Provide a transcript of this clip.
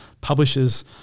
publisher's